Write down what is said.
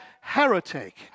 heretic